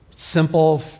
simple